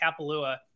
Kapalua